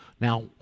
Now